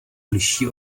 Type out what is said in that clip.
liší